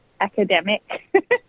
academic